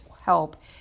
help